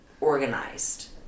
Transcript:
organized